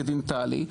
אינסידנטלי,